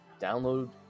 download